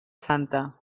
santa